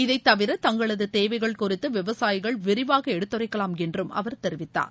இதைத் தவிர தங்களது தேவைகள் குறித்து விவசாயிகள் விரிவாக எடுத்துரைக்கலாம் என்றும் அவர் தெரிவித்தார்